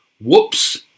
Whoops